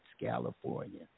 California